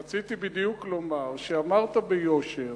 רציתי בדיוק לומר שאמרת ביושר